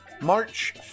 March